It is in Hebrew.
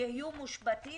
יהיו מושבתות